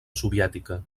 soviètica